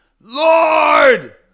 Lord